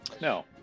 no